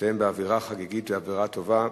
מסתיים באווירה חגיגית ואווירה טובה.